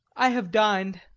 i have din'd.